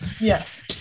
Yes